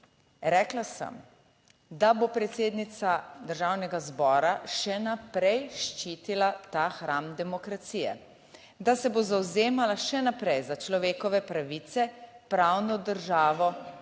Rekla sem, da bo predsednica Državnega zbora še naprej ščitila ta hram demokracije, da se bo zavzemala še naprej za človekove pravice, pravno državo